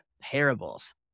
parables